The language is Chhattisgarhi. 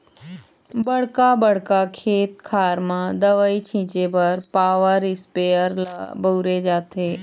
बड़का बड़का खेत खार म दवई छिंचे बर पॉवर इस्पेयर ल बउरे जाथे